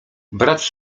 brać